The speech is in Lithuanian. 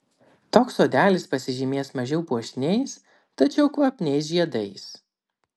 toks sodelis pasižymės mažiau puošniais tačiau kvapniais žiedais